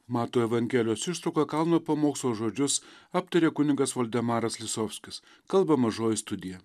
mato evangelijos ištrauka kalno pamokslo žodžius aptarė kunigas valdemaras lisovskis kalba mažoji studija